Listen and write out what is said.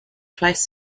twice